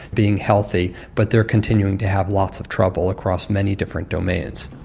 being healthy, but they are continuing to have lots of trouble across many different domains.